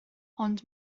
ond